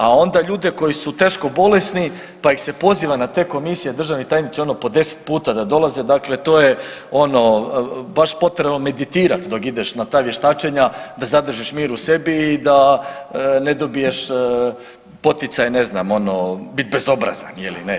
A onda ljude koji su teško bolesni pa ih se poziva na te komisije državni tajniče ono po 10 puta da dolaze dakle to je ono baš potrebno meditirati dok ideš na ta vještačenja da zadržiš mir u sebi i da ne dobiješ poticaj ne znam ono biti bezobrazan je li ne.